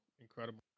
incredible